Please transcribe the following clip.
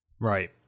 Right